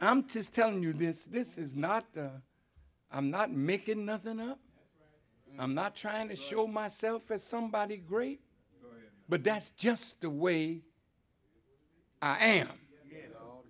i'm just telling you this this is not i'm not making nothing no i'm not trying to show myself as somebody great but that's just the way i am